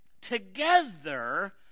Together